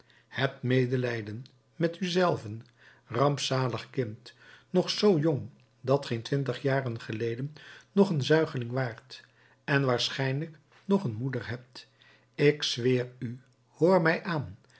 heb medelijden met u zelven rampzalig kind nog zoo jong dat geen twintig jaren geleden nog een zuigeling waart en waarschijnlijk nog een moeder hebt ik zweer u hoor mij aan